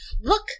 look-